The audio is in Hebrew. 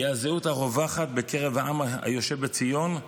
היא הזהות הרווחת בקרב העם היושב בציון.